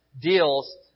deals